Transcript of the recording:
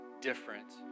different